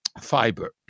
fiber